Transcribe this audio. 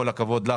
כל הכבוד לך.